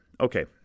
Okay